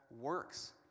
works